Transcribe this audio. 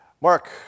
Mark